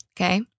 okay